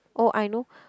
oh I know